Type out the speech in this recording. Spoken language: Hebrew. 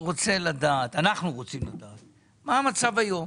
אנחנו רוצים לדעת מה המצב היום.